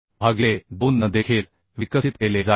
भागिले 2 N देखील विकसित केले जाईल